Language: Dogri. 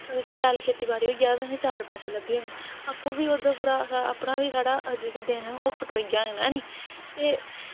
कि शैल खेतीबाड़ी होई जा तां असेंगी शैल पैसे लब्भी जाह्ङन आपूं बी ओह् उद्दम हा अपना बी साढ़े जेह्के दिन हे ओह् कटोई जाह्ङन ऐ नी एह्